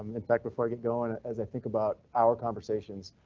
in fact, before i get going as i think about our conversations,